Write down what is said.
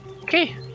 okay